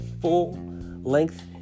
full-length